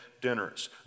dinners